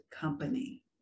company